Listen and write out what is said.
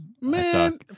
Man